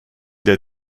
der